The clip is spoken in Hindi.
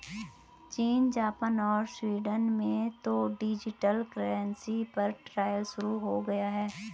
चीन, जापान और स्वीडन में तो डिजिटल करेंसी पर ट्रायल शुरू हो गया है